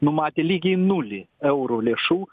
numatė lygiai nulį eurų lėšų